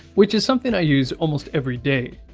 which is something i use almost every day.